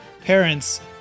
parents